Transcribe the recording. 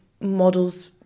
models